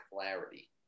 clarity